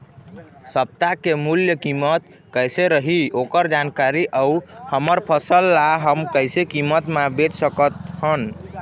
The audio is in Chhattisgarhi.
सप्ता के मूल्य कीमत कैसे रही ओकर जानकारी अऊ हमर फसल ला हम कैसे कीमत मा बेच सकत हन?